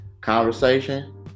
conversation